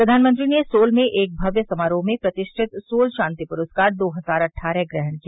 प्रधानमंत्री ने सोल में एक भव्य समारोह में प्रतिष्ठित सोल शांति पुरस्कार दो हजार अट्ठारह ग्रहण किया